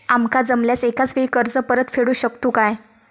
आमका जमल्यास एकाच वेळी कर्ज परत फेडू शकतू काय?